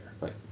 Right